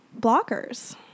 blockers